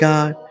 God